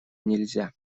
нельзя